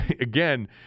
again